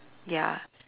ya